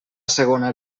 segona